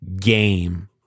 game